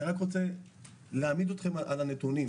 אני רק רוצה להעמיד אתכם על הנתונים.